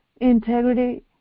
integrity